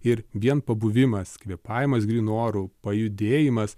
ir vien pabuvimas kvėpavimas grynu oru pajudėjimas